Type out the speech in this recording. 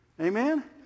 amen